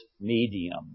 medium